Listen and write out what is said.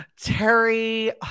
Terry